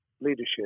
leadership